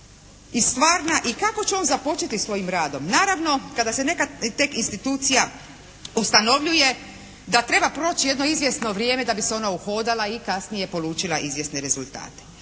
i kako će on započeti svojim radom? Naravno kada se tek neka institucija ustanovljuje da treba proći jedno izvjesno vrijeme da bi se ona uhodala i kasnije polučila izvjesne rezultate.